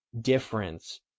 difference